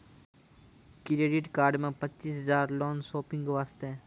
Credit card मे पचीस हजार हजार लोन शॉपिंग वस्ते?